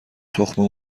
تخم